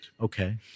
Okay